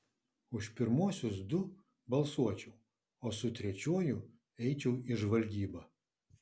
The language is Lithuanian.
už pirmuosius du balsuočiau o su trečiuoju eičiau į žvalgybą